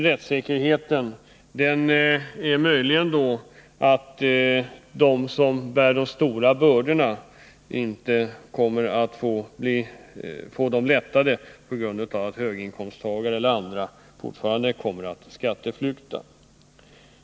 ”Rättssäkerheten” innebär möjligen att de som bär de stora bördorna inte kommer att få dem lättade på grund av att höginkomsttagare och andra fortfarande kommer att skatteflykta.